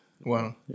Wow